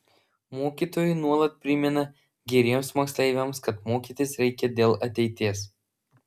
mokytojai nuolat primena geriems moksleiviams kad mokytis reikia dėl ateities